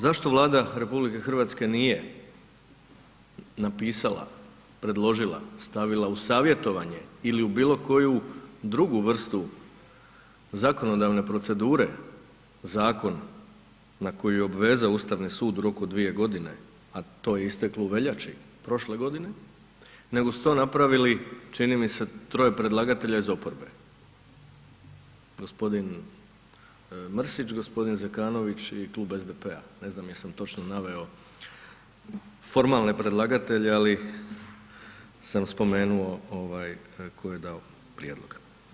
Zašto Vlada RH nije napisala, predložila, stavila u savjetovanje ili u bilo koju drugu vrstu zakonodavne procedure zakon na koji je obvezao Ustavni sud u roku od dvije godine, a to je isteklo u veljači prošle godine, nego su to napravili čini mi se troje predlagatelja iz oporbe, gospodin Mrsić, gospodin Zekanović i klub SDP-a, ne znam jesam li točno naveo formalne predlagatelje, ali sam spomenuo tko je dao prijedlog.